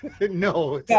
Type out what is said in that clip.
no